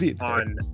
on